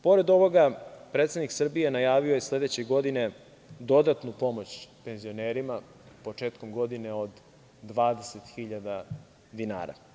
Pored ovoga, predsednik Srbije najavio je sledeće godine dodatnu pomoć penzionerima, početkom godine, od 20.000 dinara.